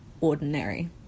ordinary